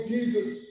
Jesus